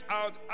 out